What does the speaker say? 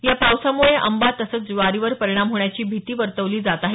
या पावसामुळे आंबा तसंच ज्वारीवर परिणाम होण्याची भीती वर्तवली जात आहे